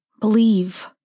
Believe